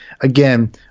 again